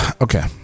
Okay